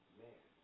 man